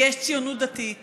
ויש ציונות דתית